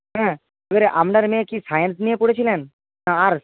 হ্যাঁ এবারে আপনার মেয়ে কি সায়েন্স নিয়ে পড়েছিলেন না আর্টস